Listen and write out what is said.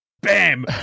bam